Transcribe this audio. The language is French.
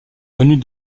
venus